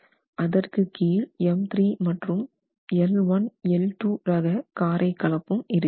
அதற்கு கீழ் M3 மற்றும் L1 L2 ரக காரை கலப்பு இருக்கிறது